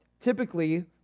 typically